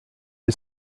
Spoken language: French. des